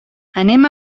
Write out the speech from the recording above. anem